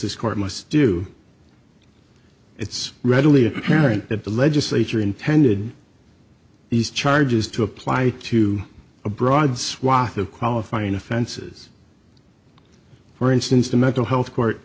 court must do it's readily apparent that the legislature intended these charges to apply to a broad swath of qualifying offenses for instance to mental health court